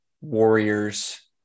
Warriors